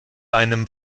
einem